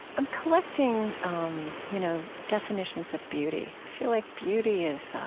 i'm collecting um you know definitions of beauty. i feel like beauty is